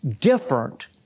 different